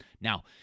Now